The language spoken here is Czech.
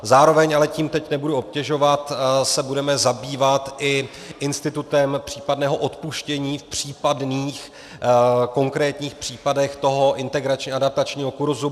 Zároveň, ale tím teď nebudu obtěžovat, se budeme se zabývat i institutem případného odpuštění v případných konkrétních případech toho integračně adaptačního kurzu.